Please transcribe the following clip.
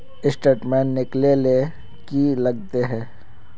Statement निकले ले की लगते है?